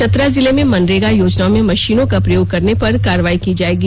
चतरा जिले में मनरेगा योजना में मशीनों का प्रयोग करने पर कार्रवाई की जायेगी